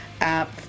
app